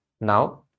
Now